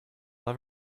will